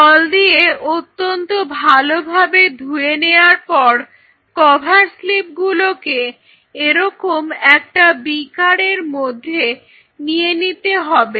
জল দিয়ে অত্যন্ত ভালোভাবে ধুয়ে নেয়ার পর কভার স্লিপ গুলো কে এরকম একটা বীকার এর মধ্যে নিয়ে নিতে হবে